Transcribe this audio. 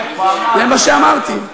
זה מה שאמרתי.